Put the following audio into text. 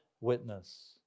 witness